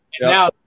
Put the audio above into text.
now